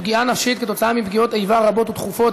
פגיעה נפשית כתוצאה מפגיעות איבה רבות ותכופות),